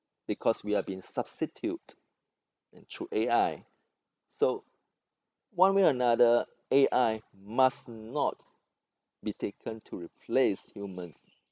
because we are being substitute and through A_I so one way or another A_I must not be taken to replace humans